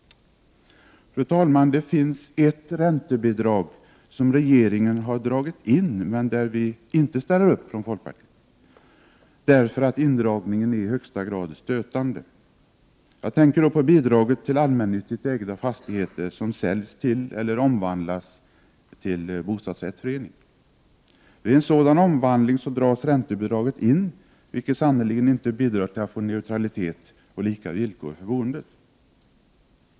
Fru talman! Det finns ett räntebidrag som regeringen har dragit in men där vi inte ställer upp från folkpartiets sida, därför att indragningen är i högsta grad stötande. Jag tänker då på bidraget till allmännyttigt ägda fastigheter som säljs till eller omvandlas till bostadsrättsförening. Vid en sådan omvandling dras räntebidraget in, vilket sannerligen inte bidrar till att få neutraliet och lika villkor för boendet.